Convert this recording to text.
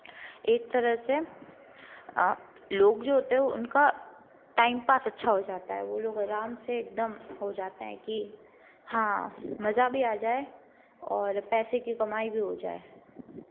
एक तरह से लोग जो होते हैं उनका टाइम पास अच्छा हो जाता है वो लोग आराम से एकदम हो जाते हैं कि हाँ मज़ा भी आ जाए और पैसे की कमाई भी हो जाए